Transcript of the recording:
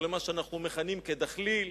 או למה שאנחנו מכנים דחליל.